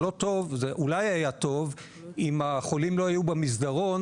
זה אולי היה טוב אם החולים לא היו במסדרון